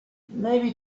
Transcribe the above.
maybe